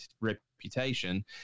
reputation